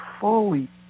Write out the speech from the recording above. fully